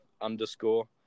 underscore